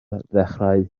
ddechrau